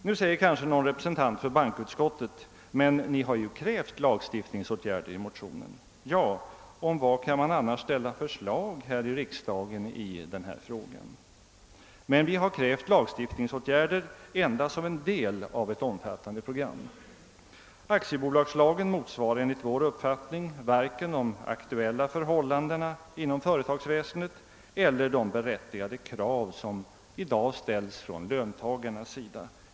Nu säger kanske någon representant för bankoutskottet: Men ni har ju krävt lagstiftningsåtgärder i er motion. Ja, om vad kan man annars ställa krav här i riksdagen i denna fråga? Vi har emellertid krävt sådana endast som en del av ett omfattande program. Aktiebolagslagen motsvarar enligt vår uppfattning varken de aktuella förhållandena inom företagsväsendet eller de berättigade krav som i dag ställs från löntagarhåll.